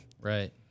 Right